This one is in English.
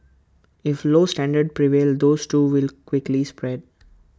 if low standards prevail those too will quickly spread